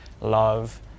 love